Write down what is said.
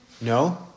No